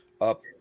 up